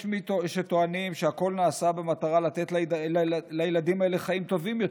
יש מי שטוענים שהכול נעשה במטרה לתת לילדים האלה חיים טובים יותר,